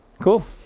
cool